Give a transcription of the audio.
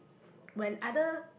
when other